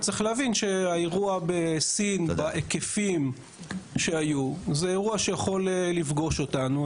צריך להבין שהאירוע של סין הוא אירוע שיכול לפגוש אותנו.